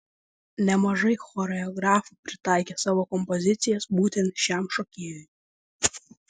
nemažai choreografų pritaikė savo kompozicijas būtent šiam šokėjui